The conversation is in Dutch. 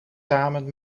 samen